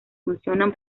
funcionan